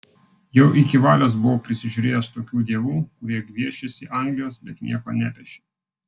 jau iki valios buvau prisižiūrėjęs tokių dievų kurie gviešėsi anglijos bet nieko nepešė